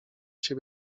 cię